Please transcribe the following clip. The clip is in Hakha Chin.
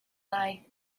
lai